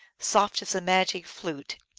soft as a magic flute.